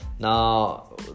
Now